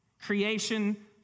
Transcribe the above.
creation